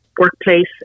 Workplace